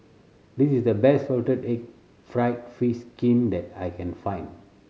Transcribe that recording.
this is the best salted egg fried fish skin that I can find